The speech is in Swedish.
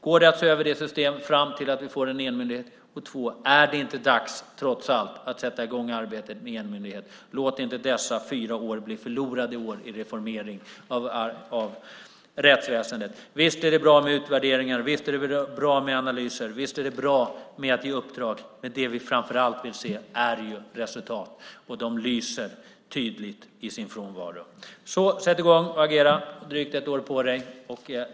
Går det att se över systemet fram till dess att vi får en myndighet? Och är det inte, trots allt, dags att sätta i gång arbetet med en myndighet? Låt inte dessa fyra år bli förlorade år i fråga om reformering av rättsväsendet. Visst är det bra med utvärderingar. Visst är det bra med analyser. Visst är det bra att ge uppdrag. Men det som vi framför allt vill se är resultat, och de lyser tydligt med sin frånvaro. Så sätt i gång och agera! Du har drygt ett år på dig.